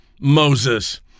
Moses